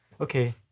Okay